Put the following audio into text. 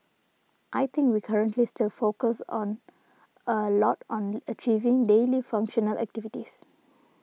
I think we currently still focus on a lot on achieving daily functional activities